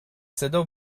صدا